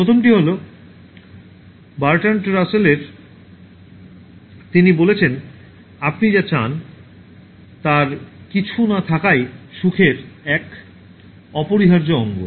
প্রথমটি হল বার্ট্রান্ড রাসেলের তিনি বলেছেন আপনি যা চান তার কিছু না থাকাই সুখের এক অপরিহার্য অঙ্গ